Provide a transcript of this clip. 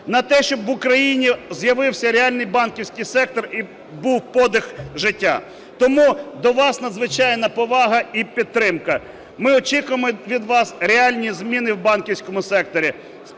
на те, щоб в Україні з'явився реальний банківський сектор і був подих життя. Тому до вас надзвичайна повага і підтримка. Ми очікуємо від вас реальні зміни у банківському секторі,